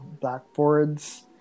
blackboards